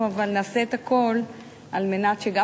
אבל אנחנו נעשה את הכול על מנת שגם